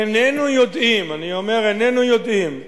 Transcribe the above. איננו יודעים, אני אומר: איננו יודעים.